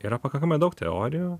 yra pakankamai daug teorijų